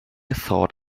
thought